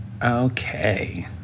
Okay